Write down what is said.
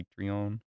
Patreon